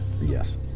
Yes